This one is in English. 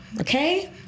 okay